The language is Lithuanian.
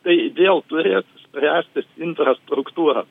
tai vėl turėt spręstis infrastruktūra